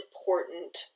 important